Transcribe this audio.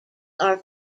are